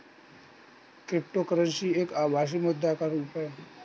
cryptocurrency एक आभासी मुद्रा का रुप है